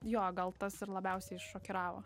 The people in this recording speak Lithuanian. jo gal tas ir labiausiai šokiravo